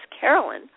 carolyn